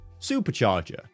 Supercharger